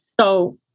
So-